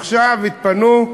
עכשיו התפנו,